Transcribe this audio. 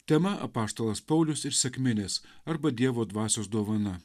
tema apaštalas paulius ir sekminės arba dievo dvasios dovana